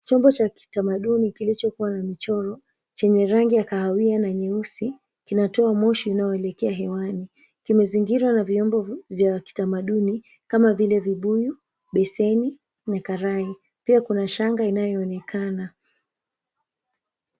Chombo cha kitamaduni kilichokuwa na michoro, chenye rangi ya kahawia na nyeusi. Kinatoa moshi inayoelekea hewani. Kimezingira na vyombo vya kitamaduni, kama vile vibuyu, beseni, na karai. Pia kuna shanga inayoonekana.